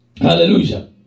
hallelujah